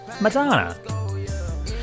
Madonna